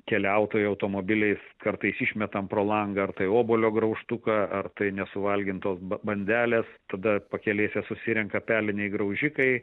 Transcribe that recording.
keliautojai automobiliais kartais išmetam pro langą ar tai obuolio graužtuką ar tai nesuvalgintos ba bandelės tada pakelėse susirenka peliniai graužikai